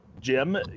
Jim